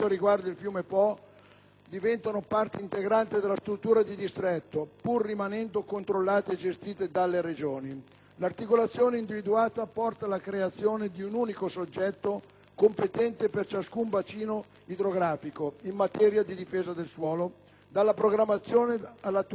diventino parte integrante della struttura di distretto, pur rimanendo controllate e gestite dalle Regioni. L'articolazione individuata porta alla creazione di un unico soggetto competente per ciascun bacino idrografico, in materia di difesa del suolo, dalla programmazione all'attuazione e gestione degli